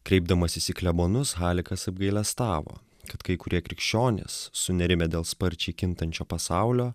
kreipdamasis į klebonus halikas apgailestavo kad kai kurie krikščionys sunerimę dėl sparčiai kintančio pasaulio